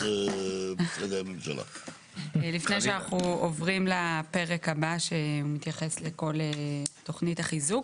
לפני שאנחנו עוברים לפרק הבא שמתייחס לכל תוכנית החיזוק.